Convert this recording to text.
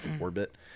orbit